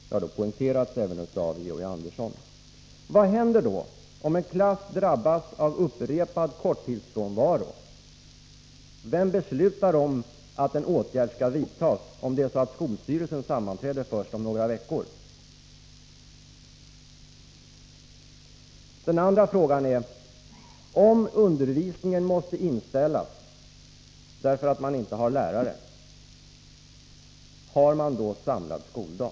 Det har poängterats även av Georg Andersson. Vad händer då om en klass drabbas av upprepad korttidsfrånvaro? Vem beslutar att en åtgärd skall vidtas, ifall skolstyrelsen har sammanträde först om några veckor? Den andra frågan är: Om undervisningen måste inställas därför att man inte har lärare — har man då samlad skoldag?